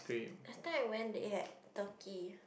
last time I went they had turkey